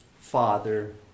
Father